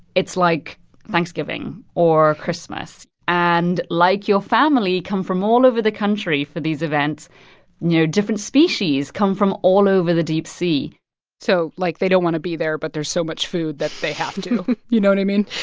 it's like thanksgiving or christmas. and like your family come from all over the country for these events, you know, different species come from all over the deep sea so, like, they don't want to be there, but there's so much food that they have to you know what i mean?